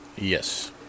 Yes